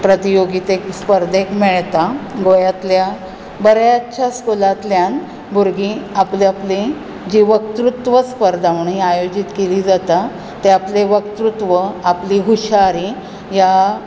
प्रतियोगीतेक स्पर्धेक मेळटा गोव्यातल्या बऱ्याचशा स्कुलांतल्यान भुरगीं आपली आपली जी वकृत्व स्पर्धा म्हणे आयोजीत केल्ली जाता त्यातली वकृत्व आपली हुशारी ह्या